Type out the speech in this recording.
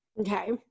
Okay